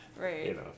Right